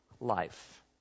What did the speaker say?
life